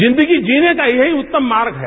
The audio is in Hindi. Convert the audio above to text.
जिंदगी जीने का यहीं उत्तम मार्ग है